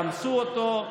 רמסו אותו.